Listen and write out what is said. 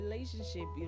relationship